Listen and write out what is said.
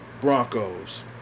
Broncos